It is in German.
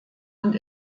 und